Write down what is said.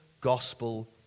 gospel